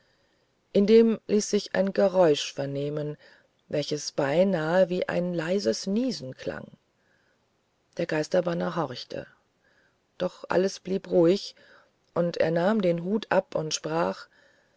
indem ließ sich ein geräusch vernehmen welches beinahe wie ein leises niesen klang der geisterbanner horchte doch alles blieb ruhig und er nahm den hut ab und sprach